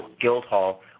GuildHall